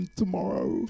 tomorrow